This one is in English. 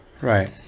Right